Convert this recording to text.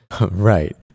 Right